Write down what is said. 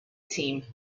team